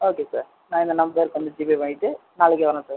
okay sir நான் இந்த நம்பருக்கு வந்து ஜிபே பண்ணிவிட்டு நாளைக்கு வரேன் சார்